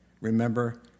Remember